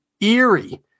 eerie